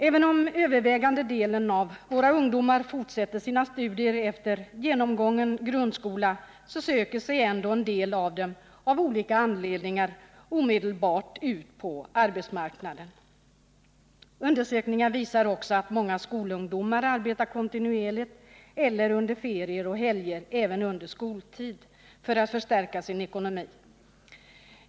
Även om övervägande delen av våra ungdomar fortsätter sina studier efter genomgången grundskola, söker sig ändå en del av dem av olika anledningar omedelbart ut på arbetsmarknaden. Undersökningar visar också att många skolungdomar arbetar kontinuerligt eller under ferier och helger även under skoltid, för att förstärka sin ekonomi.